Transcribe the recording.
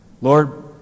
Lord